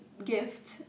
gift